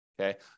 okay